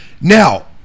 now